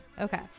okay